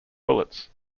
bullets